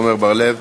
עמר בר-לב,